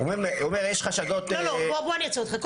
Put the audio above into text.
בוא אני אעצור אותך.